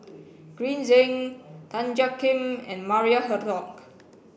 Green Zeng Tan Jiak Kim and Maria Hertogh